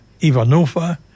Ivanova